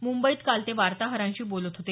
मुंबईत काल ते वार्ताहरांशी बोलत होते